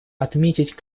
отметить